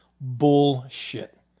Bullshit